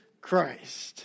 Christ